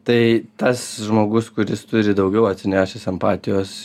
tai tas žmogus kuris turi daugiau atsinešęs empatijos